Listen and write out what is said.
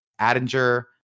Adinger